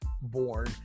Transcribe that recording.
born